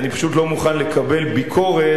אני פשוט לא מוכן לקבל ביקורת